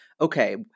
okay